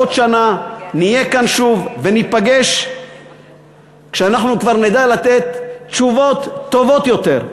בעוד שנה נהיה כאן שוב וניפגש כשאנחנו כבר נדע לתת תשובות טובות יותר,